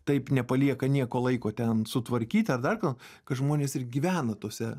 taip nepalieka nieko laiko ten sutvarkyt ar dar ką nor kad žmonės ir gyvena tuose